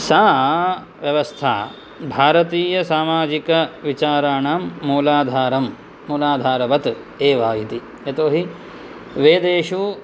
सा व्यवस्था भारतीयसामाजिकविचाराणां मूलाधारं मूलाधारवत् एव इति यतोहि वेदेषु